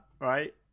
right